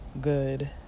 good